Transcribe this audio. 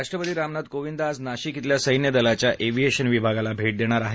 राष्ट्रपती रामनाथ कोविंद आज नाशिक इथल्या सैन्य दलाच्या एव्हिएशन विभागाला भे देणार आहेत